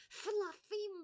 fluffy